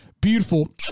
beautiful